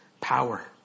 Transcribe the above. power